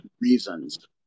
reasons